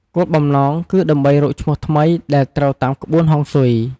គោលបំណងគឺដើម្បីរកឈ្មោះថ្មីដែលត្រូវតាមក្បួនហុងស៊ុយ។